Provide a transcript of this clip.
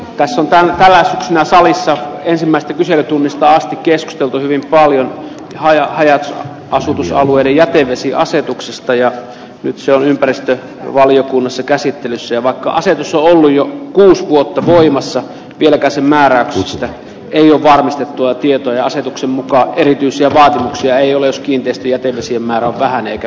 kai sentään vielä sellissä ensimmäistä kyselytunnista asti keskusteltu hyvin paljon ajoajat asutusalueiden jätevesiasiatuksesta ja yksi on ympäristö valiokunnassa käsittelyssä ja vaikka ansiotaso on jo lähes vuotta muhimassa vielä käsin määräyksestä jo vahvistettua tietoja asetuksen mukaan erityisiä vaatimuksia ei ole kiinteistöjätevesien määrä on vähän eikä